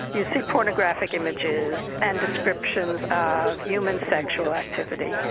you see pornographic images and descriptions of human sexual activity,